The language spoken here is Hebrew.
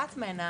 אחת מהן,